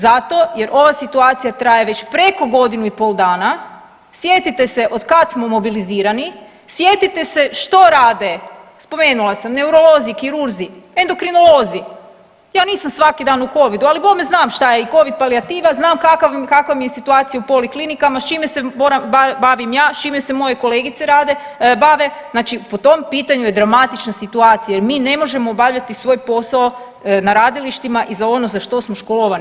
Zato jer ova situacija traje već preko godinu i pol dana, sjetite se od kad smo mobilizirani, sjetite se što rade spomenula sam neurolozi, kirurzi, endokrinolozi, ja nisam svaki dan u Covidu, ali bome znam i šta je Covid palijativa znam kakva mi je situacija u poliklinika s čime se bavim ja s čime se moje kolegice rade, bave, znači po tom pitanju je dramatična situacija jer mi ne možemo obavljati svoj posao na radilištima i za ono za što smo školovani.